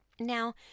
Now